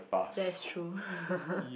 that is true